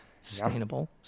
sustainable